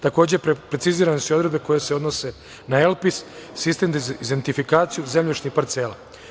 Takođe, precizirane su i odredbe koje se odnose na „Elpis“ sistem da identifikaciju zemljišnih parcela.